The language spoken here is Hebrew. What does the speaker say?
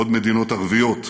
עוד מדינות ערביות,